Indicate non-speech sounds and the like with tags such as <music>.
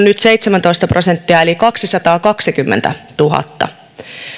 <unintelligible> nyt seitsemäntoista prosenttia eli kaksisataakaksikymmentätuhatta